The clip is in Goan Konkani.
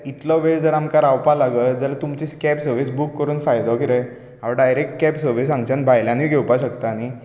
इतलो वेळ जर आमकां रावपाक लागत जाल्यार तुमचो केब सर्विस बूक करून फायदो कितें हांव डायरेक्ट केब सर्विस हांगच्यान भायल्यान घेवपाक शकता न्ही